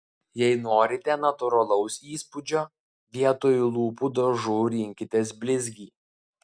jei norite natūralaus įspūdžio vietoj lūpų dažų rinkitės blizgį